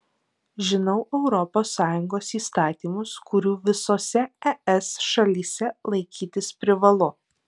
žinau europos sąjungos įstatymus kurių visose es šalyse laikytis privalu